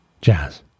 Jazz